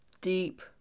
deep